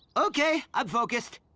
okay. i'm focused.